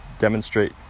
demonstrate